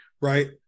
right